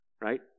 right